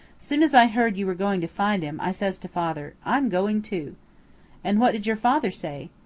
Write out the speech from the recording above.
soon as i heard you were going to find him, i says to father, i'm going too and what did your father say?